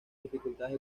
dificultades